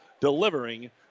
delivering